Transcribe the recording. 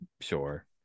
sure